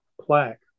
plaque